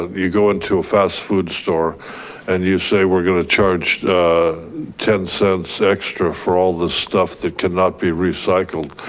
ah you go into fast food store and you say, we're gonna charge ten cents extra for all the stuff that cannot be recycled.